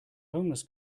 homeless